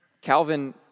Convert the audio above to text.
Calvin